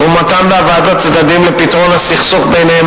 תרומתן בהבאת הצדדים לפתרון הסכסוך ביניהם